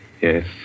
Yes